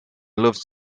loves